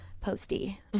posty